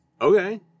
Okay